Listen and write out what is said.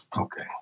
Okay